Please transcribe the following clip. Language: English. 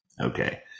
Okay